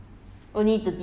from here to